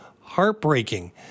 heartbreaking